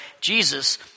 Jesus